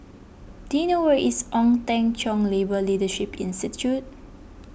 do you know where is Ong Teng Cheong Labour Leadership Institute